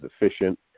efficient